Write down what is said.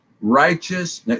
righteous